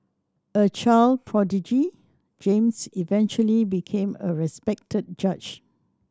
a child prodigy James eventually became a respected judge